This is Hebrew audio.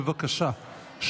בבקשה,